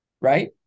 right